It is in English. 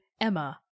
Emma